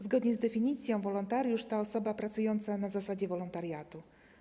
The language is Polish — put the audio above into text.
Zgodnie z definicją wolontariusz to osoba pracująca na zasadzie wolontariatu.